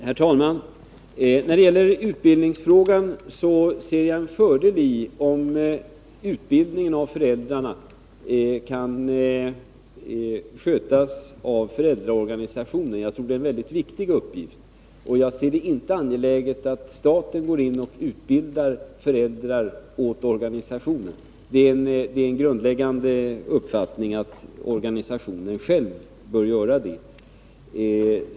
Herr talman! Jag ser en fördel i om utbildningen av föräldrarna kan skötas av föräldraorganisationen. Jag tror att detta är en mycket viktig uppgift, men jag finner det inte angeläget att staten går in och utbildar föräldrarna åt 89 organisationen. Det är min grundläggande uppfattning att organisationen själv bör göra det.